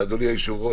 אדוני השר,